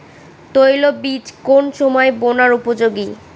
তৈল বীজ কোন সময় বোনার উপযোগী?